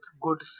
good